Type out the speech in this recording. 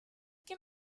que